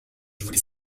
voulais